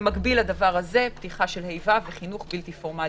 במקביל פתיחה של ה' ו-וו' וחינוך בלתי פורמלי.